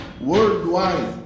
Worldwide